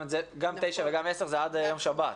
גם 9 וגם 10 זה עד יום שבת.